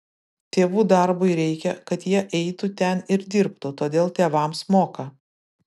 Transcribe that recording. tėvų darbui reikia kad jie eitų ten ir dirbtų todėl tėvams moka